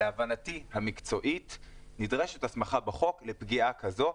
להבנתי המקצועית נדרשת הסמכה בחוק לפגיעה כזו.